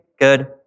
good